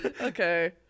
Okay